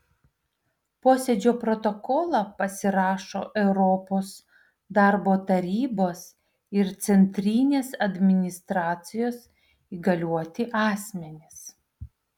posėdžio protokolą pasirašo europos darbo tarybos ir centrinės administracijos įgalioti asmenys